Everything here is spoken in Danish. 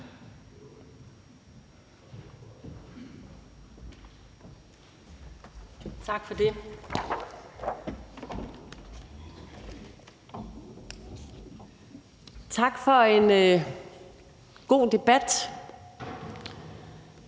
Tak for det. Tak for en god debat.